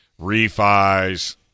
refis